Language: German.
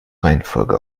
reihenfolge